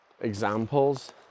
examples